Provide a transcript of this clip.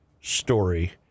story